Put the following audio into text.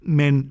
men